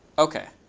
ok.